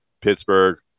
Pittsburgh